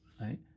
right